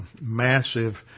massive